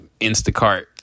instacart